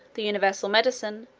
the universal medicine,